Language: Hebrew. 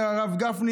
הרב גפני,